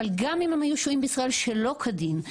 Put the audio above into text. אבל גם אם הם היו שוהים בישראל שלא כדין,